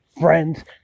friends